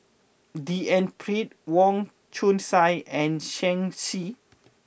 D N Pritt Wong Chong Sai and Shen Xi